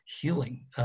healing